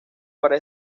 para